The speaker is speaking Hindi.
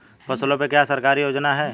फसलों पे क्या सरकारी योजना है?